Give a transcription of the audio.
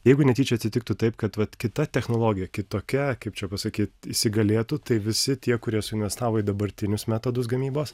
jeigu netyčia atsitiktų taip kad kita technologija kitokia kaip čia pasakyt įsigalėtų tai visi tie kurie suinvestavo į dabartinius metodus gamybos